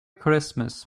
christmas